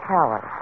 Tower